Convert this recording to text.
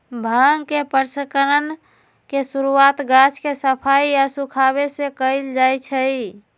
भांग के प्रसंस्करण के शुरुआत गाछ के सफाई आऽ सुखाबे से कयल जाइ छइ